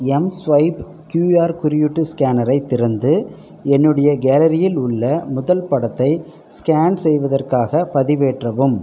mSwipe QR குறியீட்டு ஸ்கேனரை திறந்து என்னுடைய கேலரியில் உள்ள முதல் படத்தை ஸ்கேன் செய்வதற்காகப் பதிவேற்றவும்